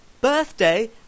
birthday